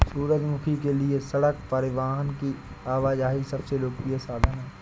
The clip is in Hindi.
सूरजमुखी के लिए सड़क परिवहन की आवाजाही सबसे लोकप्रिय साधन है